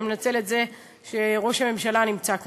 וגם לנצל את זה שראש הממשלה נמצא כאן.